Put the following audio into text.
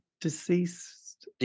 deceased